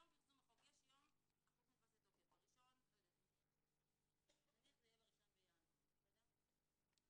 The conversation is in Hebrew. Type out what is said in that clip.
החוק נכנס לתוקף נניח שזה יהיה --- לא,